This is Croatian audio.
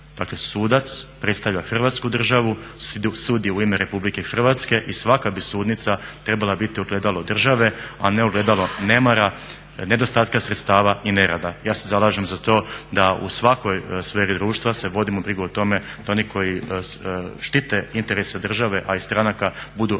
Dakle sudac predstavlja Hrvatsku državu, sudi u ime Republike Hrvatske i svaka bi sudnica trebala biti ogledalo države, a ne ogledalo nemara, nedostatka sredstava i nerada. Ja se zalažem za to da u svakoj sferi društva vodimo brigu o tome da oni koji štite interese države, a i stranaka budu